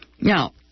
now